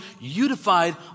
unified